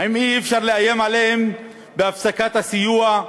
האם אי-אפשר לאיים עליהם בהפסקת הסיוע?